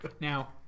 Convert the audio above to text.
Now